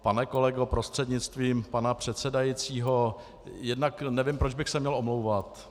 Pane kolego prostřednictvím pana předsedajícího, jednak nevím, proč bych se měl omlouvat.